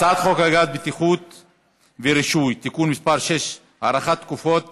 הצעת חוק הגז (בטיחות ורישוי) (תיקון מס' 6) (הארכת תקופות מעבר),